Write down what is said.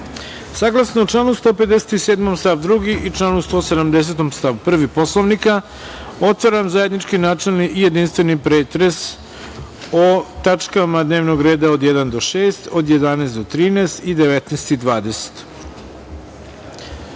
članu 157. stav 2. i članu 170. stav 1. Poslovnika, otvaram zajednički načelni i jedinstveni pretres o tačkama dnevnog reda od 1. do 6, od 11. do 13. i 19. i 20.Da